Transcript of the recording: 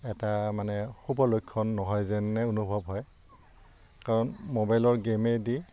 এটা মানে শুভ লক্ষণ নহয় যেনে অনুভৱ হয় কাৰণ মোবাইলৰ গে'মেদি